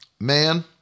Man